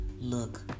look